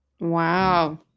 Wow